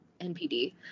NPD